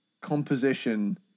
composition